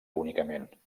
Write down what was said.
únicament